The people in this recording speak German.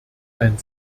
ein